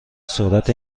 سرعت